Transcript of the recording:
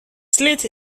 slit